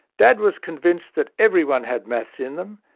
dad was convinced that everyone had maths in them,